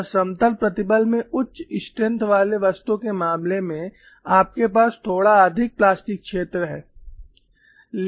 और समतल प्रतिबल में उच्च स्ट्रेंग्थ वाले वस्तु के मामले में आपके पास थोड़ा अधिक प्लास्टिक क्षेत्र है